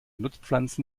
nutzpflanzen